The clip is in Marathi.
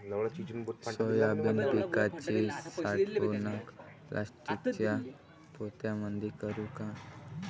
सोयाबीन पिकाची साठवणूक प्लास्टिकच्या पोत्यामंदी करू का?